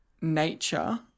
nature